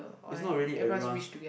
it's not really everyone's